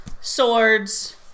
swords